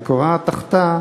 וכורעת תחתיה